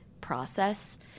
process